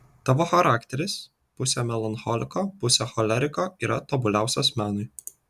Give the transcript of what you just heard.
tavo charakteris pusė melancholiko pusė choleriko yra tobuliausias menui